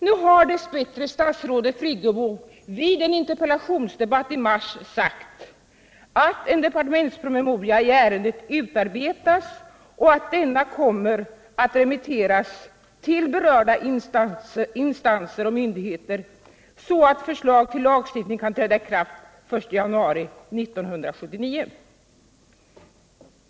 Nu har dess bättre statsrådet vid en interpellationsdebatt i mars sagt att en departementspromemoria i ärendet utarbetas och att den kommer att remitteras iill berörda instanser och myndigheter så att förslag till lagstiftning kan träda i kraft den 1 januari 1979.